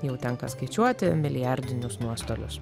jau tenka skaičiuoti milijardinius nuostolius